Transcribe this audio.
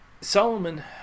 Solomon